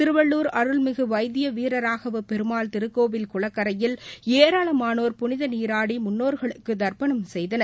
திருவள்ளுர் அருள்மிகுவைத்பவீரராகவபெருமாள் திருக்னேவில் குளக்கரையில் ஏராளமானோர் புனிதநீராடிமுன்னோர்களுக்குதர்ப்பணம் செய்தனர்